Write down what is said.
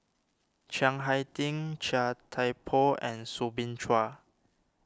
Chiang Hai Ding Chia Thye Poh and Soo Bin Chua